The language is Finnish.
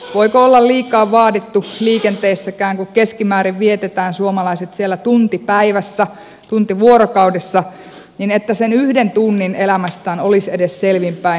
voiko olla liikaa vaadittu liikenteessäkään kun keskimäärin me suomalaiset vietämme siellä tunnin vuorokaudessa että edes sen yhden tunnin elämästään olisi selvin päin